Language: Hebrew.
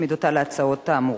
שהצמיד אותה להצעות האמורות.